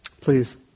Please